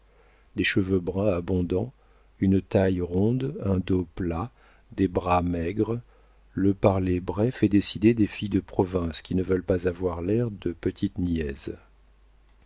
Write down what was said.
des cheveux bruns abondants une taille ronde un dos plat des bras maigres le parler bref et décidé des filles de province qui ne veulent pas avoir l'air de petites